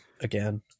again